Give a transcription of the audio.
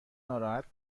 ناراحت